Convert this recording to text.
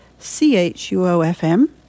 CHUOFM